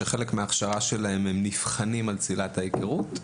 שבחלקה הם נבחנים על צלילת ההיכרות.